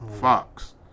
Fox